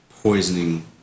poisoning